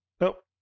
Nope